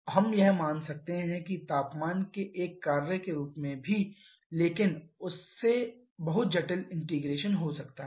हम यह मान सकते हैं कि तापमान के एक कार्य के रूप में भी लेकिन इससे बहुत जटिल इंटीग्रेशन हो सकता है